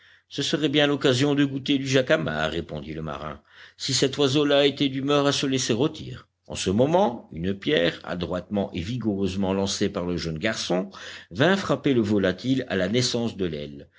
ce serait bien l'occasion de goûter du jacamar répondit le marin si cet oiseau là était d'humeur à se laisser rôtir en ce moment une pierre adroitement et vigoureusement lancée par le jeune garçon vint frapper le volatile à la naissance de l'aile